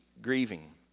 grieving